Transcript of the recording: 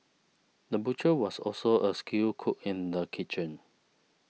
the butcher was also a skilled cook in the kitchen